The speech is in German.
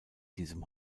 diesem